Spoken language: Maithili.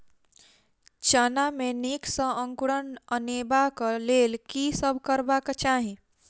चना मे नीक सँ अंकुर अनेबाक लेल की सब करबाक चाहि?